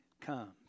comes